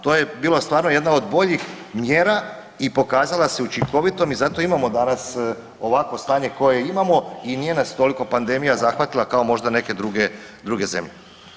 To je bila stvarno jedna od boljih mjera i pokazala se učinkovitom i zato imamo danas ovakvo stanje koje imamo i nije nas toliko pandemija zahvatila kao možda neke druge zemlje.